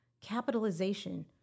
capitalization